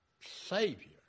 Savior